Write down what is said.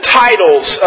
titles